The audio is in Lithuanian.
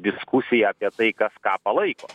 diskusija apie tai kas ką palaiko